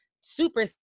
super